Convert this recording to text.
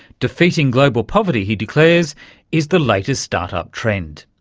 defeating global poverty he declares is the latest start-up trend.